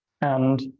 And-